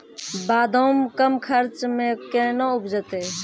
बादाम कम खर्च मे कैना उपजते?